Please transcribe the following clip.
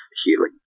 healing